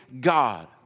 God